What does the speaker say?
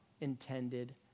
intended